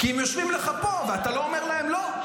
כי הם יושבים לך פה, ואתה לא אומר להם לא.